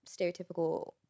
stereotypical